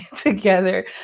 together